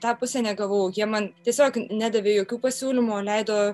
tą pusę negavau jie man tiesiog nedavė jokių pasiūlymo o leido